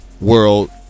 world